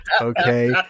Okay